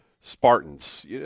Spartans